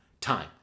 time